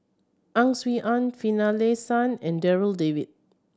Ang Swee Aun Finlayson and Darryl David